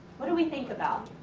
what do we think about?